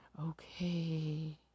Okay